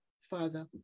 Father